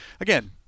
again